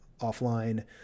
offline